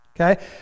okay